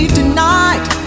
tonight